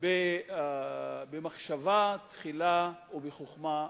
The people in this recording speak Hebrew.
במחשבה תחילה ובחוכמה רבה.